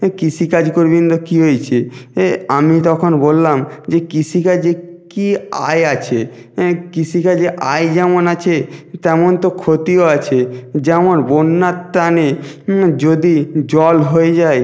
এ কৃষিকাজ করবি না তো কী হয়েছে এ আমি তখন বললাম যে কৃষিকাজে কী আয় আছে কৃষিকাজে আয় যেমন আছে তেমন তো ক্ষতিও আছে যেমন বন্যার টানে যদি জল হয়ে যায়